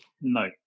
No